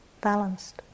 balanced